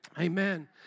Amen